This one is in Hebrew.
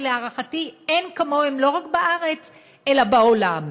שלהערכתי אין כמוהם לא רק בארץ אלא בעולם,